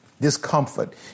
discomfort